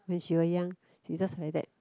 when she were young she just like that